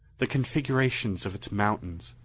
the configurations of its mountains,